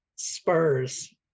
spurs